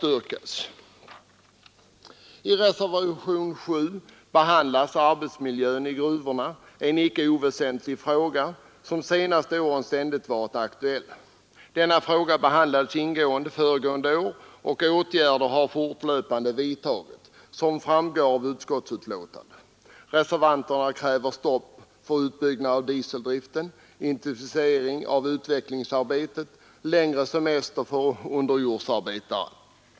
Motionen 34 och reservationen 7 gäller arbetsmiljön i gruvorna, en icke oväsentlig fråga som de senaste åren ständigt varit aktuell. Den behandlades ingående föregående år, och åtgärder har, som framgår av utskottsbetänkandet, fortlöpande vidtagits. Motionärerna och reservanterna kräver stopp för utbyggnaden av dieseldriften, intensifierat utveck lingsarbete och längre semester för underjordsarbetare.